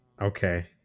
Okay